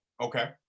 Okay